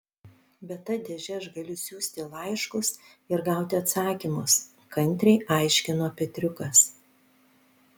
bet ta dėže aš galiu siųsti laiškus ir gauti atsakymus kantriai aiškino petriukas